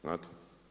Znate.